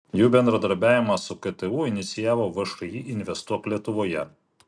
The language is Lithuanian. jų bendradarbiavimą su ktu inicijavo všį investuok lietuvoje